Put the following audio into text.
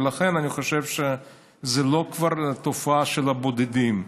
ולכן, אני חושב שזו כבר לא תופעה של בודדים.